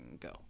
go